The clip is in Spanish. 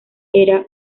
era